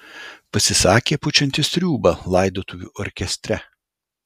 pasisakė pučiantis triūbą laidotuvių orkestre